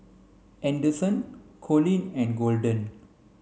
Anderson Coleen and Golden